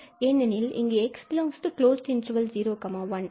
ஏனெனில் இங்கு 𝑥∈01 ஆகும்